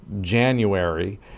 january